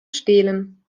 stelen